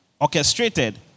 orchestrated